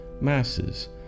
masses